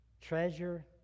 treasure